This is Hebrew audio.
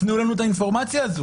שייתנו להם את האינפורמציה הזאת.